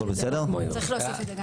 צריך להוסיף את זה.